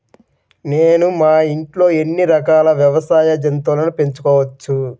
నేను మా ఇంట్లో ఎన్ని రకాల వ్యవసాయ జంతువులను పెంచుకోవచ్చు?